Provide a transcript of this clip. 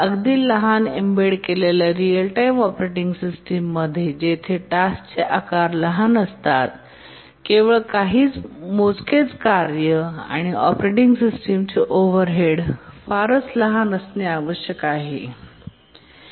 अगदी लहान एम्बेड केलेल्या रीअल टाइम ऑपरेटिंग सिस्टम मध्ये जेथे टास्कचे आकार लहान असतात केवळ काही मोजकेच कार्य आणि ऑपरेटिंग सिस्टमचे ओव्हरहेड फारच लहान असणे आवश्यक असते